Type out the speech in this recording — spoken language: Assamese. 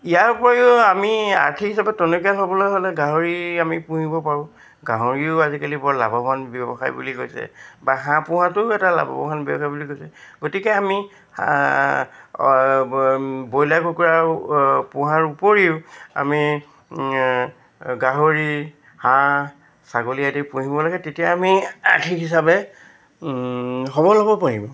ইয়াৰ উপৰিও আমি আৰ্থিক হিচাপে টনকীয়াল হ'বলৈ হ'লে গাহৰি আমি পুহিব পাৰোঁ গাহৰিও আজিকালি বৰ লাভৱান ব্যৱসায় বুলি কৈছে বা হাঁহ পোহাটোও এটা লাভৱান ব্যৱসায় বুলি কৈছে গতিকে আমি ব্ৰইলাৰ কুকুৰাৰ পোহাৰ উপৰিও আমি গাহৰি হাঁহ ছাগলী আদি পুহিব লাগে তেতিয়া আমি আৰ্থিক হিচাপে সবল হ'ব পাৰিম